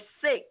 six